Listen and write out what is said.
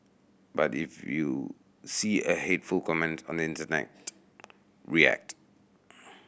but if you see a hateful comment on the internet react